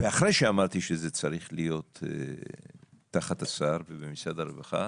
אחרי שאמרתי שזה צריך להיות תחת השר ובמשרד הרווחה,